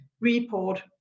report